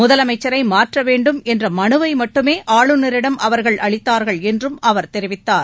முதலமைச்சரை மாற்ற வேண்டும் என்ற மனுவை மட்டுமே ஆளுநரிடம் அவர்கள் அளித்தார்கள் என்றும் அவர் தெரிவித்தார்